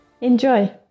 Enjoy